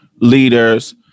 leaders